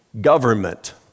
government